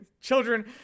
Children